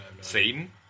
Satan